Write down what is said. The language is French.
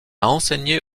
enseigné